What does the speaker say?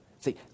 See